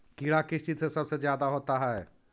कीड़ा किस चीज से सबसे ज्यादा होता है?